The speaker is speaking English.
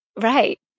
Right